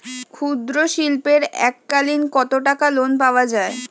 ক্ষুদ্রশিল্পের এককালিন কতটাকা লোন পাওয়া য়ায়?